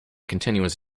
continuous